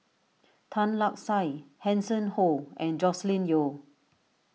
Tan Lark Sye Hanson Ho and Joscelin Yeo